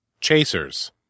Chasers